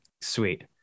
Sweet